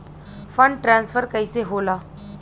Fund transfer कैसे होला?